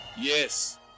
Yes